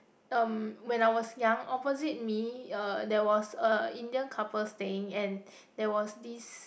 um when I was young opposite me uh there was a Indian couple staying and there was this